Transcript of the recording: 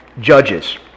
Judges